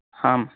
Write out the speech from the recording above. हाम्